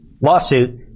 lawsuit